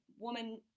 woman